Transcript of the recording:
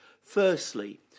Firstly